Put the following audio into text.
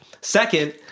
Second